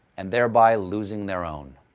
and thereby losing their own.